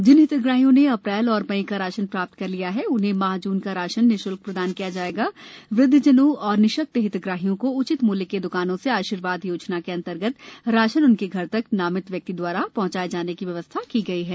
जिन हितग्राहियों ने अप्रैल एवं मई का राशन प्राप्त कर लिया है उन्हें माह जून का राशन निश्ल्क प्रदान किया जाएगा वृद्वजनों और निशक्त हितग्राहियों को उचित मूल्य की द्कान से आशीर्वाद योजना के अंतर्गत राशन उनके घर तक नामित व्यक्ति द्वारा पहुँचाए जाने की व्यवस्था की गई है